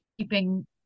keeping